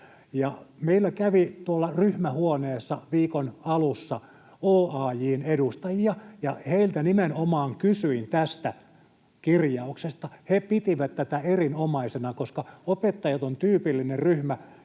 Meillä kävi tuolla ryhmähuoneessa viikon alussa OAJ:n edustajia, ja heiltä nimenomaan kysyin tästä kirjauksesta. He pitivät tätä erinomaisena, koska opettajat on tyypillinen ryhmä,